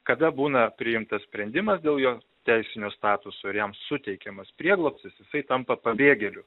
kada būna priimtas sprendimas dėl jo teisinio statuso ir jam suteikiamas prieglobstis jisai tampa pabėgėliu